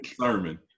sermon